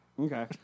Okay